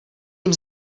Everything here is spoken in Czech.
jim